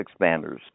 expanders